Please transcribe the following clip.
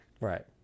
Right